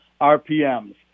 RPMs